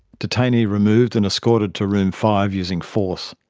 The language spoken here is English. detainee removed and escorted to room five using force.